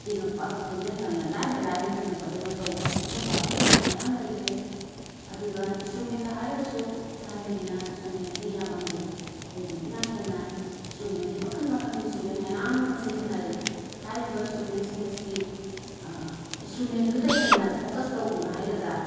ꯆꯤꯡꯉꯛꯄ ꯍꯧꯖꯤꯛꯅ ꯌꯥꯝꯅ ꯂꯥꯏꯅ ꯂꯥꯏꯅ ꯆꯤꯡꯉꯛꯄꯗꯧꯅ ꯇꯧꯕ ꯁꯤꯒꯨꯝꯕ ꯈꯦꯠꯅꯕ ꯃꯌꯥꯝ ꯂꯩꯈ꯭ꯔꯦ ꯑꯗꯨꯒ ꯏꯟꯁꯇ꯭ꯔꯨꯃꯦꯟꯗ ꯍꯥꯏꯔꯒꯁꯨ ꯊꯥꯏꯅꯒꯤꯅ ꯏꯟꯁꯇ꯭ꯔꯨꯃꯦꯟꯁꯦ ꯌꯥꯝꯃꯝꯗꯦ ꯍꯧꯖꯤꯛꯅ ꯍꯦꯟꯅ ꯏꯟꯁꯇ꯭ꯔꯨꯃꯦꯟꯁꯦ ꯃꯈꯜ ꯃꯈꯜꯒꯤ ꯏꯟꯁꯇ꯭ꯔꯨꯃꯦꯟ ꯃꯌꯥꯝ ꯑꯃ ꯁꯤꯖꯤꯟꯅꯔꯦ ꯍꯥꯏꯔꯤꯕ ꯏꯟꯁꯇ꯭ꯔꯨꯃꯦꯟꯁꯤꯡ ꯑꯁꯤꯒꯤ ꯏꯟꯁꯇ꯭ꯔꯨꯃꯦꯟꯗꯨꯗ ꯍꯦꯟꯅ ꯐꯣꯀꯁ ꯇꯧꯈꯤꯕ ꯍꯥꯏꯒꯗ꯭ꯔꯥ